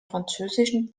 französischen